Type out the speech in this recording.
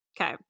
Okay